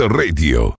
radio